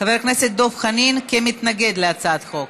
חבר הכנסת דב חנין, כמתנגד להצעת החוק,